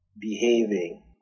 behaving